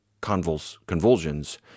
convulsions